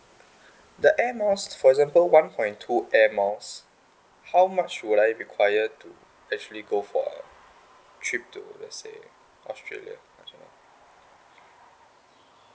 the air miles for example one point two air miles how much would I require to actually go for a trip to let's say australia